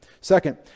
Second